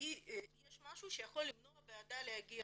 והאם יש משהו שיכול למנוע בעדה להגיע